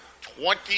twenty